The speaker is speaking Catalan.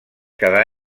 cada